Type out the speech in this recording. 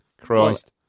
Christ